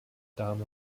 damen